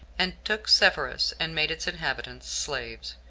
and took sepphoris, and made its inhabitants slaves,